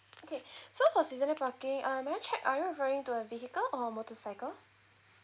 okay so for seasonal parking uh may I check are you referring to a vehicle or motorcycle